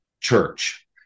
church